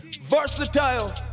Versatile